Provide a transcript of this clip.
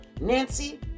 Nancy